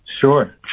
Sure